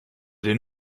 den